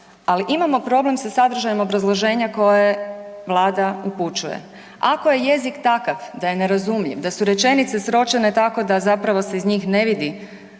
Ali, imamo problem sa sadržajem obrazloženja koje Vlada upućuje. Ako je jezik takav da je nerazumljiv, da su rečenice sročene tako da zapravo se iz njih ne vidi